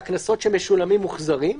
והקנסות שמשולמים מוחזקים.